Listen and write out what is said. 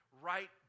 right